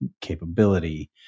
capability